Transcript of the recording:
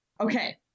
Okay